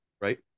right